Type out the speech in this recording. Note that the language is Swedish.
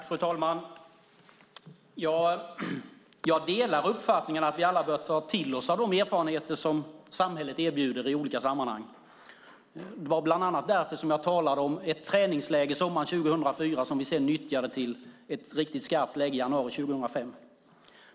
Fru talman! Jag delar uppfattningen att vi alla bör ta till oss av de erfarenheter som samhället erbjuder i olika sammanhang. Det var bland annat därför som jag talade om ett träningsläger sommaren 2004 som vi sedan nyttjade vid ett riktigt skarpt läge i januari 2005.